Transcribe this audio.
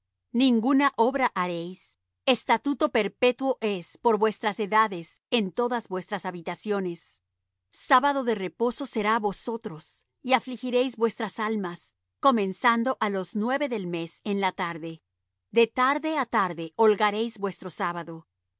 ninguna obra haréis estatuto perpetuo es por vuestras edades en todas vuestras habitaciones sábado de reposo será á vosotros y afligiréis vuestras almas comenzando á los nueve del mes en la tarde de tarde á tarde holgaréis vuestro sábado